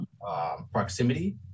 proximity